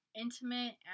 intimate